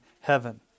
heaven